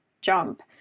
jump